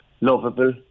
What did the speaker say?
lovable